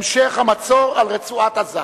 המשך המצור על רצועת-עזה.